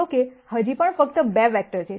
જો કે હજી પણ ફક્ત 2 વેક્ટર છે